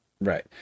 Right